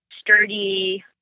sturdy